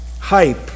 Hype